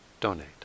donate